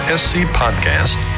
scpodcast